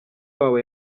wabo